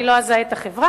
אני לא אזהה את החברה.